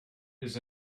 his